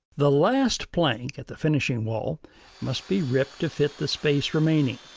the last plank at the finishing wall must be ripped to fit the space remaining.